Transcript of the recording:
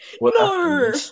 No